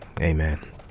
Amen